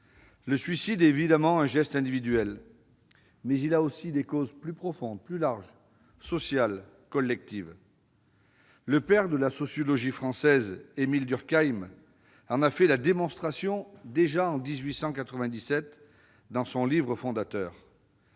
Le suicide est évidemment un geste individuel, mais il a aussi des causes plus profondes, plus larges, sociales, collectives. Le père de la sociologie française, Émile Durkheim, en a fait la démonstration en 1897 dans un ouvrage fondateur,.